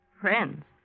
Friends